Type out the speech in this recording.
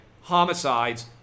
Homicides